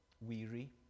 weary